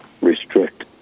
restrict